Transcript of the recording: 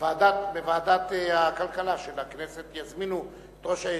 בוועדת הכלכלה של הכנסת יזמינו את ראש העיר.